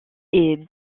est